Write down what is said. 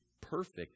perfect